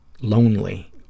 lonely